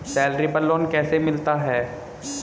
Salary पर loan कैसे मिलता है?